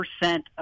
percent